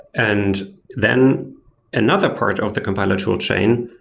and then another part of the compiler tool chain,